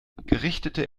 gerichtete